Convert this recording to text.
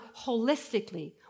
holistically